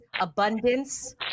abundance